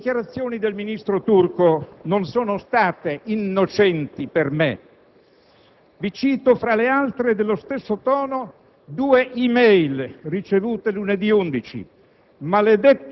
Le dichiarazioni del ministro Turco non sono state innocenti per me. Vi cito, fra le altre dello stesso tono, due *e-mail* ricevute lunedì 11: